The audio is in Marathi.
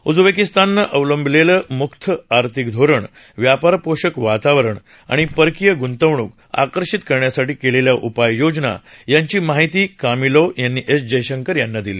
उझबेकिस्ताननं अवलंबिलेलं मुक्त आर्थिक धोरण व्यापारपोषक वातावरण आणि परकीय गुंतवणूक आकर्षित करण्यासाठी केलेल्या उपाययोजना यांची माहिती कमिलोव यांनी एस जयशंकर यांना दिली